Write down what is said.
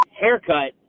haircut